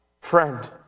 friend